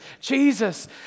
Jesus